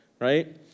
right